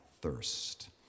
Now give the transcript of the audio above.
thirst